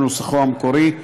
בנוסחו המקורי,